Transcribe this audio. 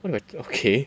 what about okay